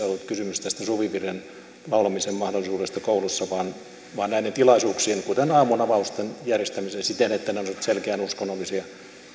ollut kysymys tästä suvivirren laulamisen mahdollisuudesta koulussa vaan vaan näiden tilaisuuksien kuten aamunavausten järjestämisestä siten että ne olisivat selkeän uskonnollisia